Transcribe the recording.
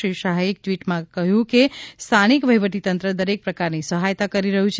શ્રી શાહે એક ટવીટ સંદેશામાં કહ્યુ છે કે સ્થાનિક વહીવટીતંત્ર દરેક પ્રકારની સહાથતા કરી રહ્યુ છે